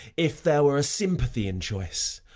if there were a sympathy in choice,